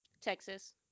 Texas